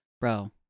Bro